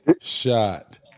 shot